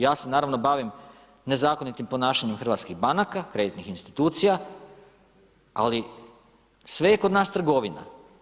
Ja se naravno bavim nezakonitim ponašanjem hrvatskih banaka, kreditnih institucija, ali sve je kod nas trgovina.